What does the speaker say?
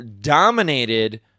Dominated